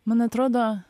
man atrodo